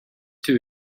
too